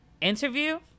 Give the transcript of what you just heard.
interview